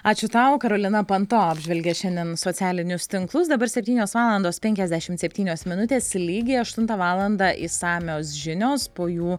ačiū tau karolina panto apžvelgė šiandien socialinius tinklus dabar septynios valandos penkiasdešimt septynios minutės lygiai aštuntą valandą išsamios žinios po jų